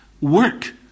Work